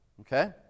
Okay